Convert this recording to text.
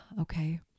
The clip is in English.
Okay